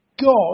God